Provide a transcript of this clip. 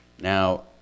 Now